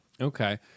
okay